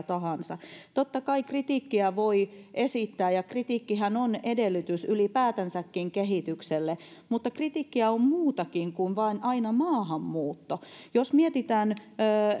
tahansa totta kai kritiikkiä voi esittää ja kritiikkihän on edellytys ylipäätänsäkin kehitykselle mutta kritiikkiä on muutakin kuin vain aina maahanmuutto jos mietitään